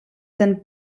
den